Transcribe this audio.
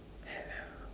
hello